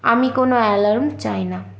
আমি কোনো অ্যালার্ম চাই না